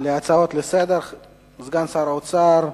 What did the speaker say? ההצעות לסדר-היום סגן שר האוצר,